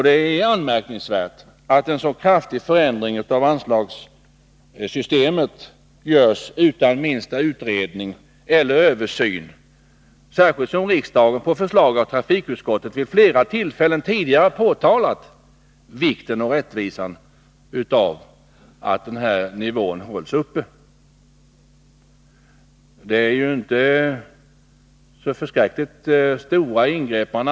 Det är anmärkningsvärt att en så kraftig förändring av anslagssystemet görs utan att denna föregås av någon som helst utredning eller översyn, särskilt som riksdagen på förslag av trafikutskottet vid flera tillfällen understrukit vikten av och rättvisan i att i detta sammanhang upprätthålla nivån.